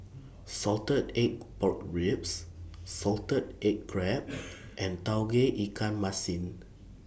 Salted Egg Pork Ribs Salted Egg Crab and Tauge Ikan Masin